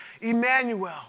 Emmanuel